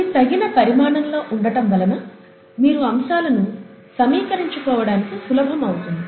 ఇవి తగిన పరిమాణంలో ఉండటం వలన మీరు అంశాలను సమీకరించుకోవడానికి సులభం అవుతుంది